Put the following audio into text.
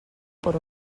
por